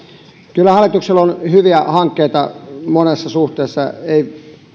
kyllä hallituksella on hyviä hankkeita monessa suhteessa ei